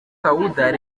soudan